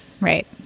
right